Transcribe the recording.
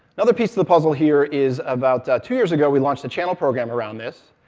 another piece of the puzzle here is, about two years ago, we launched a channel program around this,